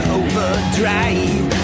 overdrive